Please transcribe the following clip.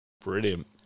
Brilliant